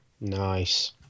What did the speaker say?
Nice